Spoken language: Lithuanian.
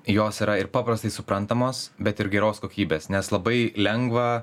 jos yra ir paprastai suprantamos bet ir geros kokybės nes labai lengva